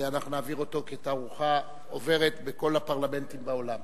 ואנחנו נעביר אותה כתערוכה עוברת בין כל הפרלמנטים בעולם.